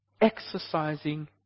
exercising